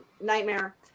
Nightmare